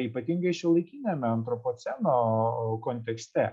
ypatingai šiuolaikiniame antropoceno kontekste